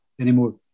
anymore